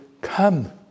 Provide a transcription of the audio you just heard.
come